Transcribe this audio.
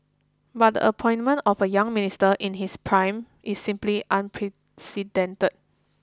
but the appointment of a young Minister in his prime is simply unprecedented